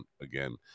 again